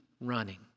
running